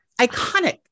Iconic